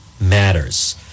matters